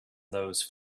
those